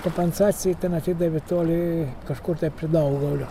kompensacijai ten atidavė toli kažkur tai prie daugolio